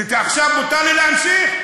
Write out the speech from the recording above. זה ברור, עכשיו מותר לי להמשיך?